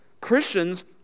Christians